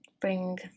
bring